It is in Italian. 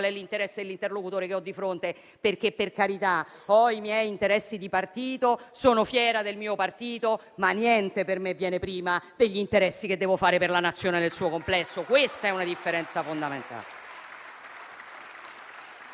è l'interesse dell'interlocutore che ho di fronte. Per carità, ho i miei interessi di partito, sono fiera del mio partito, ma niente per me viene prima degli interessi che devo fare per la Nazione nel suo complesso. Questa è la differenza fondamentale.